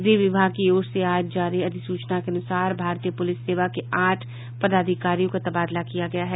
गृह विभाग की ओर से आज जारी अधिसूचना के अनुसार भारतीय पुलिस सेवा के आठ पदाधिकारियों का तबादला किया गया है